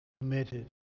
committed